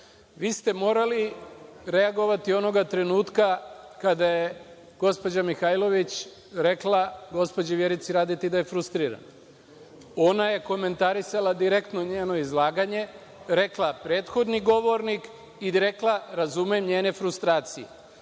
Vi ste morali reagovati onoga trenutka kada je gospođa Mihajlović rekla gospođi Vjerici Radeti da je frustrirana. Ona je komentarisala direktno njeno izlaganje, rekla „prethodni govornik“, i rekla - razumem njene frustracije.